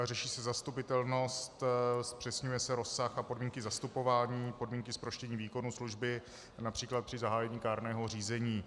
Řeší se zastupitelnost, zpřesňuje se rozsah a podmínky zastupování, podmínky zproštění výkonu služby, například při zahájení kárného řízení.